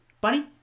bunny